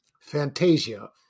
Fantasia